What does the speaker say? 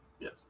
Yes